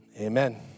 Amen